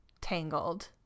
Tangled